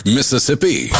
Mississippi